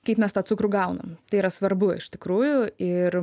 kaip mes tą cukrų gaunam tai yra svarbu iš tikrųjų ir